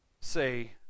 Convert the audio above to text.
say